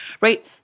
right